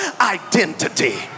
identity